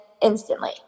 instantly